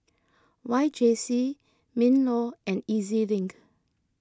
Y J C MinLaw and E Z Link